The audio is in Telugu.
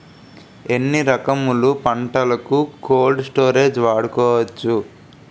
ఎన్ని రకములు పంటలకు కోల్డ్ స్టోరేజ్ వాడుకోవచ్చు?